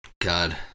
God